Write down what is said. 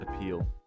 appeal